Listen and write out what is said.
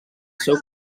seu